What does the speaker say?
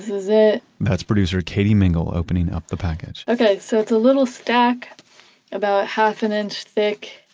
is it that's producer katy mingle opening up the package okay, so it's a little stack about half an inch thick.